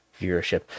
viewership